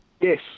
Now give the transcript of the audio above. Yes